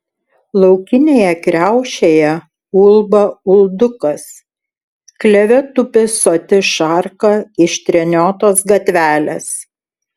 laukinėje kriaušėje ulba uldukas kleve tupi soti šarka iš treniotos gatvelės